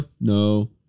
No